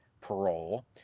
parole